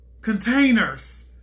containers